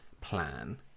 plan